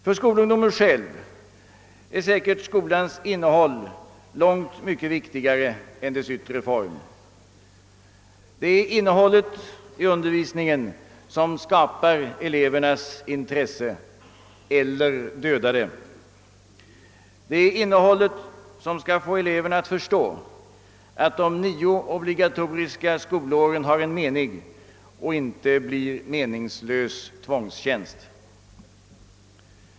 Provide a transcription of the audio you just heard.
För skolungdomen själv är säkert skolans innehåll långt mycket viktigare än dess yttre form. Det är innehållet i undervisningen som skapar elevernas intresse eller dödar det och det är innehållet som skall få eleverna att förstå att de nio obligatoriska skolåren har en mening och att det inte är fråga om en meningslös tvångstjänst.